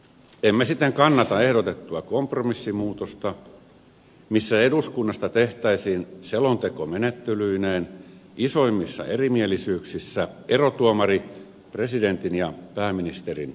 emme siten kannata ehdotettua kompromissimuutosta missä eduskunnasta tehtäisiin selontekomenettelyineen isoimmissa erimielisyyksissä erotuomari presidentin ja pääministerin välille